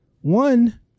one